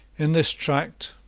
in this tract,